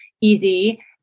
easy